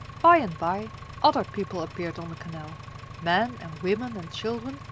by and by other people appeared on the canal men and women and children,